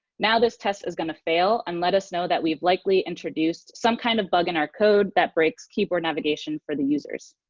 now this test is going to fail and let us know that we likely introduced some kind of bug in our code that breaks keyboard navigation for the users.